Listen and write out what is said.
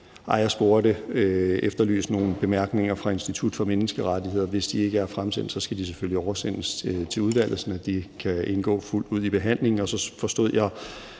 Larsen efterlyste nogle bemærkninger fra Institut for Menneskerettigheder. Hvis de ikke er fremsendt, skal de selvfølgelig oversendes til udvalget, sådan at de kan indgå fuldt ud i behandlingen.